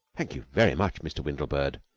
thank you very much, mr. windlebird,